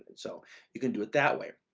and so you can do it that way.